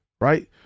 right